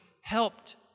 helped